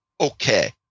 okay